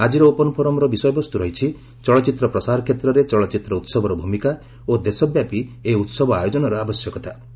ଆଜିର 'ଓପନ୍ ଫୋରମ୍'ର ବିଷୟବସ୍ତୁ ରହିଛି 'ଚଳଚ୍ଚିତ୍ର ପ୍ରସାର କ୍ଷେତ୍ରରେ ଚଳଚ୍ଚିତ୍ର ଉତ୍ସବର ଭୂମିକା ଓ ଦେଶ ବ୍ୟାପୀ ଏହି ଉହବ ଆୟୋଜନର ଆବଶ୍ୟକତା'